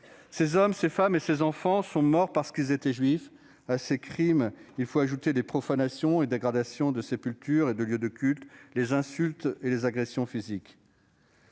Ces hommes, ces femmes et ces enfants sont morts parce qu'ils étaient juifs. À ces crimes, il faut ajouter les profanations et dégradations de sépultures et de lieux de culte, les insultes et les agressions physiques.